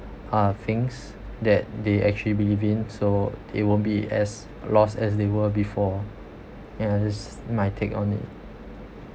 uh things that they actually believe in so they won't be as lost as they were before ya that's my take on it